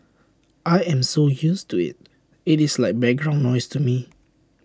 I am so used to IT it is like background noise to me